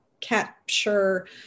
capture